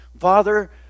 Father